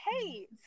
hey